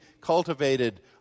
cultivated